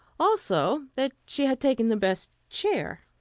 also, that she had taken the best chair.